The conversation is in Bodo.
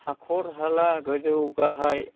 हाखर हाला गोजौ गाहाय आरो